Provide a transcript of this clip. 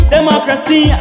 Democracy